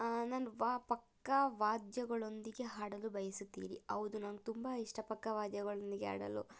ನಾನು ವ ಪಕ್ಕವಾದ್ಯಗಳೊಂದಿಗೆ ಹಾಡಲು ಬಯಸುತ್ತೀರಿ ಹೌದು ನಂಗೆ ತುಂಬ ಇಷ್ಟ ಪಕ್ಕವಾದ್ಯಗಳೊಂದಿಗೆ ಹಾಡಲು